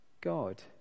God